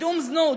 קידום זנות,